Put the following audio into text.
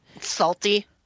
Salty